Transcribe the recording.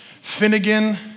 Finnegan